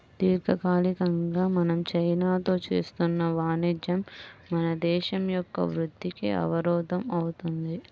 దీర్ఘకాలికంగా మనం చైనాతో చేస్తున్న వాణిజ్యం మన దేశం యొక్క వృద్ధికి అవరోధం అవుతుంది